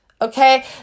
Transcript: Okay